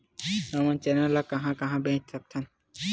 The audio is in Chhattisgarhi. हमन चना ल कहां कहा बेच सकथन?